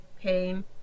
Pain